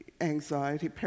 anxiety